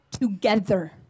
together